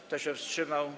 Kto się wstrzymał?